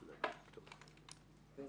גם